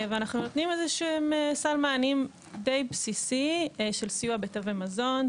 ואנחנו נותנים איזשהו סל מענים די בסיסי של סיוע בתווי מזון,